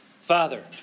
Father